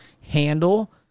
handle